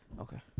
Okay